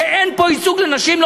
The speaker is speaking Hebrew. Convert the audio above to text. מכיוון שאין פה ייצוג לנשים,